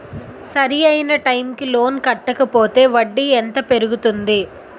సరి అయినా టైం కి లోన్ కట్టకపోతే వడ్డీ ఎంత పెరుగుతుంది?